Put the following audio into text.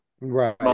Right